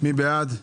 מי בעד?